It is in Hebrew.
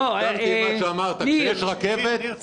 אני הסכמתי עם מה שאמרת כשיש רכבת יש פתרון.